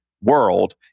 world